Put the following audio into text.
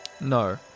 No